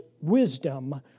wisdom